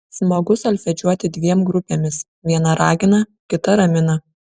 smagu solfedžiuoti dviem grupėmis viena ragina kita ramina